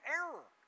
error